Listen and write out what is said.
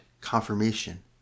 confirmation